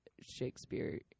Shakespeare